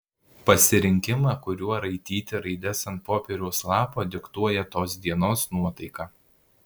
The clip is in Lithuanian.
pasirinkimą kuriuo raityti raides ant popieriaus lapo diktuoja tos dienos nuotaika